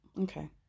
okay